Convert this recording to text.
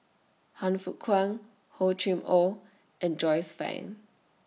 Han Fook Kwang Hor Chim Or and Joyce fan